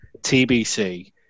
TBC